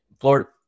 Florida